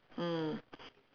mm